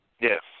Yes